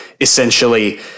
essentially